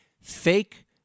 fake